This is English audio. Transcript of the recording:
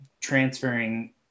transferring